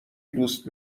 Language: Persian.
دوست